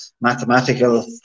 mathematical